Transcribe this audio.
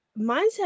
mindset